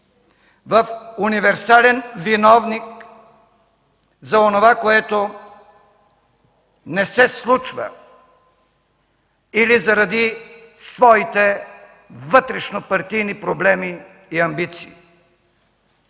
в универсален виновник за онова, което не се случва или заради своите вътрешнопартийни проблеми и амбиции!